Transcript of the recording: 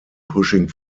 pushing